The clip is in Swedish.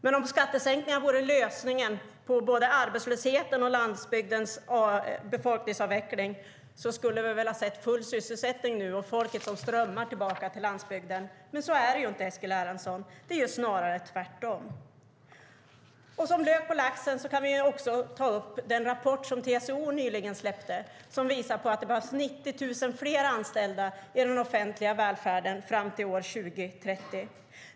Men om skattesänkningar vore lösningen för både arbetslösheten och landsbygdens befolkningsminskning skulle vi väl ha sett full sysselsättning nu, och folk som strömmade tillbaka till landsbygden. Men så är det ju inte, Eskil Erlandsson, det är ju snarare tvärtom. Som lök på laxen ska jag också ta upp den rapport som TCO nyligen släppte som visar att det kommer att finnas 90 000 fler anställda i den offentliga välfärden fram till år 2030.